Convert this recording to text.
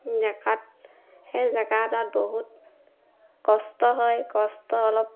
jacquard সেই জেকাৰ্টত বহুত কষ্ট হয় কষ্ট অলপ